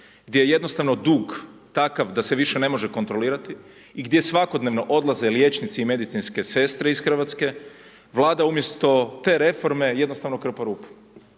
gdje je jednostavno dug takav da se više ne može kontrolirati i gdje svakodnevno odlaze liječnici i medicinske sestre iz Hrvatske, Vlade umjesto te reforme jednostavno krpa rupu.